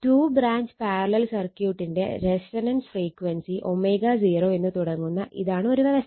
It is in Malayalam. ടു ബ്രാഞ്ച് പാരലൽ സർക്യൂട്ടിന്റെ റെസൊണൻസ് ഫ്രീക്വൻസി ω0 എന്ന് തുടങ്ങുന്ന ഇതാണ് ഒരു വ്യവസ്ഥ